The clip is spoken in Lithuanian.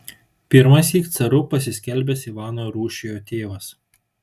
pirmąsyk caru pasiskelbęs ivano rūsčiojo tėvas